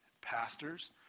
pastors